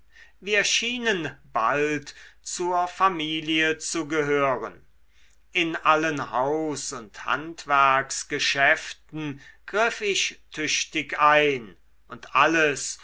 wir schienen bald zur familie zu gehören in allen haus und handwerksgeschäften griff ich tüchtig ein und alles